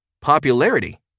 popularity